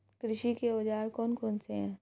कृषि के औजार कौन कौन से हैं?